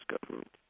government